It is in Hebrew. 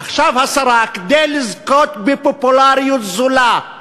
עכשיו השרה, כדי לזכות בפופולריות זולה,